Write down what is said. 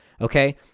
okay